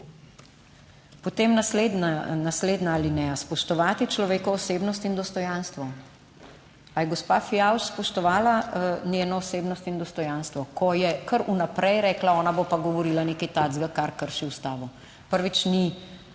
Potem, naslednja alineja: "Spoštovati človekovo osebnost in dostojanstvo!" - ali je gospa Fijavž spoštovala njeno osebnost in dostojanstvo, ko je kar vnaprej rekla, ona bo pa govorila nekaj takega, kar krši ustavo? Prvič, ni